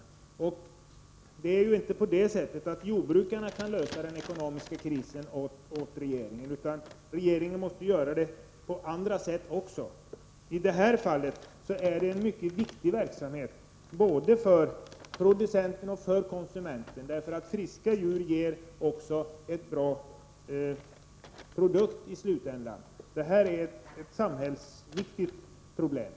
Jordbrukarna kan inte ensamma lösa den ekonomiska krisen, utan regeringen måste också gå fram på andra vägar. I det här fallet är det fråga om en både för producenten och för konsumenten viktig verksamhet, eftersom friska djur i slutändan också ger en bra produkt. Det gäller alltså en för hela samhället viktig angelägenhet.